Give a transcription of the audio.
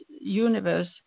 universe